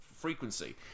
frequency